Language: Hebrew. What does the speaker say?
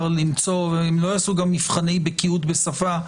למצוא -- הם גם לא יעשו מבחני בקיאות בשפה.